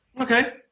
Okay